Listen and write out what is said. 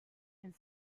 and